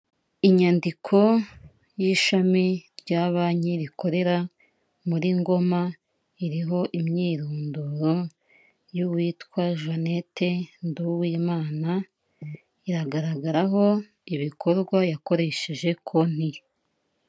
Inyandiko y'ishami rya banki rikorera muri Ngoma iriho imyirondoro y'uwitwa Jannette Nduwimana iragaragaraho ibikorwa yakoresheje konti ye.